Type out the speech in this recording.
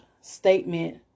statement